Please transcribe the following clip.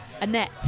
Annette